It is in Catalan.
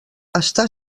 està